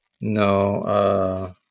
No